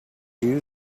you